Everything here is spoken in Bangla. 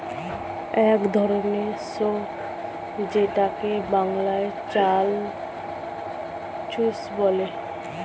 এক ধরনের শস্য যেটাকে বাংলায় চাল চুষ বলে